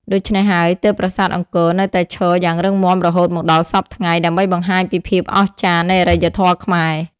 ដូច្នេះហើយ ទើបប្រាសាទអង្គរនៅតែឈរយ៉ាងរឹងមាំរហូតមកដល់សព្វថ្ងៃ ដើម្បីបង្ហាញពីភាពអស្ចារ្យនៃអរិយធម៌ខ្មែរ។